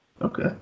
okay